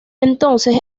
entonces